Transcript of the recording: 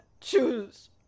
choose